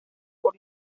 por